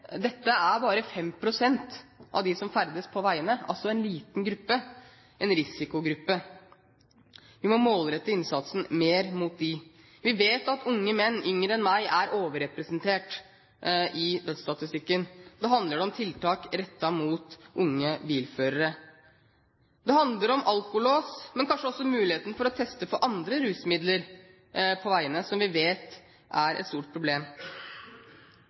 dette utgjør bare 5 pst. av dem som ferdes på veiene, altså en liten gruppe – en risikogruppe. Vi må målrette innsatsen mer mot dem. Vi vet at unge menn, yngre enn meg, er overrepresentert i dødsstatistikken. Da handler det om tiltak rettet mot unge bilførere. Det handler om alkolås, men kanskje også om muligheten for å teste for andre rusmidler på veiene, noe vi vet er stort problem.